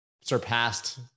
surpassed